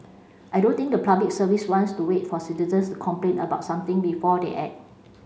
I don't think the Public Service wants to wait for citizens to complain about something before they act